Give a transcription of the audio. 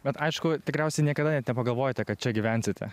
bet aišku tikriausiai niekada net nepagalvojote kad čia gyvensite